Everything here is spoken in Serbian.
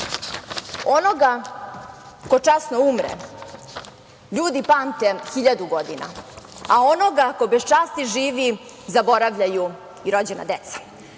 onoga ko časno umre ljudi pamte hiljadu godina, a onoga ko bez časti živi, zaboravljaju i rođena deca.